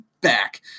back